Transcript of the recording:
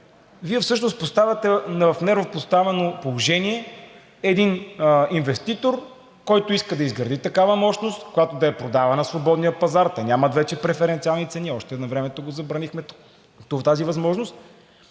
Вие всъщност поставяте в неравнопоставено положение един инвеститор, който иска да изгради такава мощност, която да продава на свободния пазар, те нямат вече преференциални цени, още навремето забранихме тази възможност,